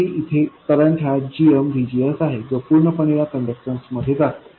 तरी इथे करंट हा gmVGS आहे जो पूर्णपणे या कंडक्टन्स मध्ये जाते